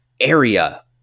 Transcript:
area